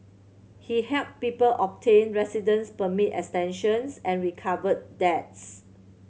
he helped people obtain residence permit extensions and recovered debts